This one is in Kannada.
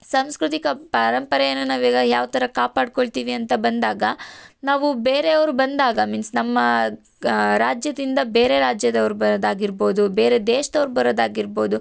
ಸಂಸ್ಕೃತಿಕ ಪರಂಪರೆನ ನಾವು ಈಗ ಯಾವ ಥರ ಕಾಪಾಡ್ಕೊಳ್ತೀವಿ ಅಂತ ಬಂದಾಗ ನಾವು ಬೇರೆ ಅವರು ಬಂದಾಗ ಮೀನ್ಸ್ ನಮ್ಮ ರಾಜ್ಯದಿಂದ ಬೇರೆ ರಾಜ್ಯದವ್ರು ಬರೋದು ಆಗಿರ್ಬೋದು ಬೇರೆ ದೇಶ್ದವ್ರು ಬರೋದು ಆಗಿರ್ಬೋದು